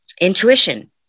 intuition